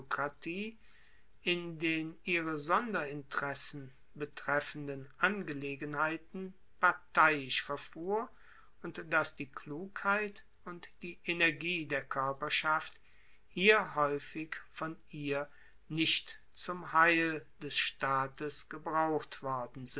in den ihre sonderinteressen betreffenden angelegenheiten parteiisch verfuhr und dass die klugheit und die energie der koerperschaft hier haeufig von ihr nicht zum heil des staates gebraucht worden